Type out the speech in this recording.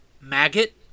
Maggot